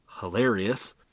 hilarious